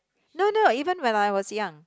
no no even when I was young